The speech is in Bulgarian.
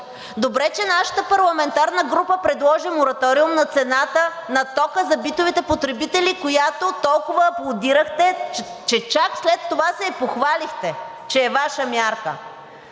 Добре, че нашата парламентарна група предложи мораториум на цената на тока за битовите потребители, която толкова аплодирахте, че чак след това се и похвалихте, че е Ваша мярка.